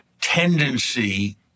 tendency